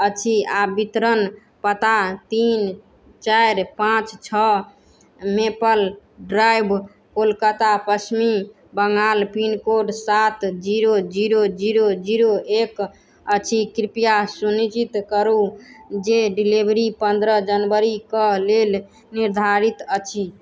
अछि आ वितरण पता तीन चारि पाँच छओ maple drive Kolkata Paschim Bangal pincode सात जीरो जीरो जीरो जीरो एक अछि कृपया सुनिश्चित करू जे डिलीवरी पन्द्रह जनवरीके लेल निर्धारित अछि